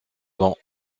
blancs